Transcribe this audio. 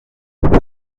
بله